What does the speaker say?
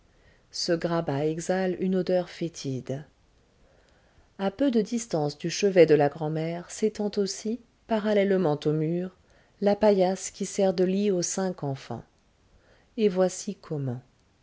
ce grabat exhale une odeur fétide à peu de distance du chevet de la grand'mère s'étend aussi parallèlement au mur la paillasse qui sert de lit aux cinq enfants et voici comment